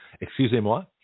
Excusez-moi